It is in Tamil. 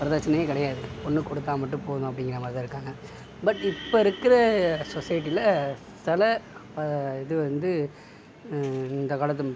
வரதட்சணையே கிடையாது பொண்ணு கொடுத்தா மட்டும் போதும் அப்படிங்குறா மாதிரி தான் இருக்காங்க பட் இப்போ இருக்கிற சொசைட்டியில் சில இது வந்து இந்த காலத்து